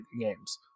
games